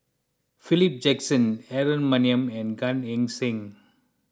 Philip Jackson Aaron Maniam and Gan Eng Seng